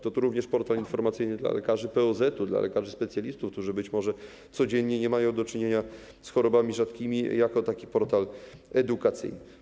To również portal informacyjny dla lekarzy POZ-u, dla lekarzy specjalistów, którzy być może codziennie nie mają do czynienia z chorobami rzadkimi, jako taki portal edukacyjny.